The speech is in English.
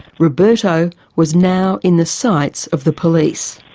roberto was now in the sights of the police,